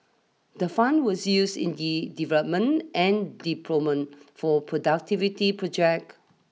the fund were used in the development and deployment for productivity project